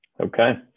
Okay